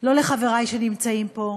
לא אל חברי שנמצאים פה,